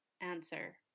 answer